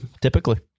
typically